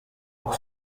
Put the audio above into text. pour